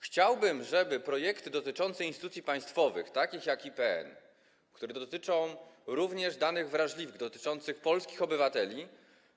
Chciałbym, żeby projekty dotyczące instytucji państwowych takich jak IPN, które dotyczą również danych wrażliwych polskich obywateli,